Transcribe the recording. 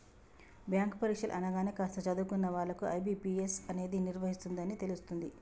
bank పరీక్షలు అనగానే కాస్త చదువుకున్న వాళ్ళకు ఐ.బీ.పీ.ఎస్ అనేది నిర్వహిస్తుందని తెలుస్తుంది